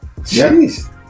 Jeez